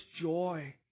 joy